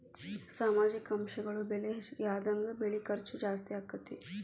ಸಾಮಾಜಿಕ ಅಂಶಗಳ ಬೆಲೆ ಹೆಚಗಿ ಆದಂಗ ಬೆಳಿ ಖರ್ಚು ಜಾಸ್ತಿ ಅಕ್ಕತಿ